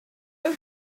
want